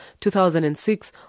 2006